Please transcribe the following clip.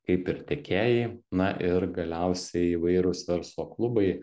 kaip ir tiekėjai na ir galiausiai įvairūs verslo klubai